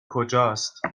کجاست